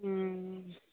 हूँ